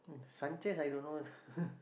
mm Sanchez I don't know